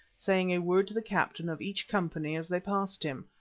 saying a word to the captain of each company as they passed him.